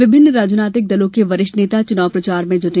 विभिन्न राजनीतिक दलों के वरिष्ठ नेता चुनाव प्रचार में जुटे हैं